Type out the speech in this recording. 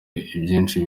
byinshi